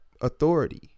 authority